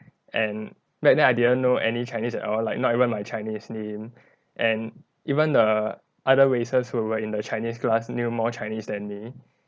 and back then I didn't know any chinese at all like not even my chinese name and even the other races who were in the chinese class knew more chinese than me